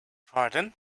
pardon